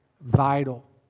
vital